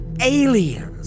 aliens